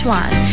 one